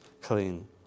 clean